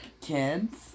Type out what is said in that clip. kids